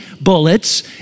bullets